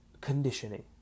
conditioning